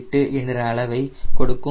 8 என்ற அளவை கொடுக்கும்